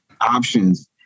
options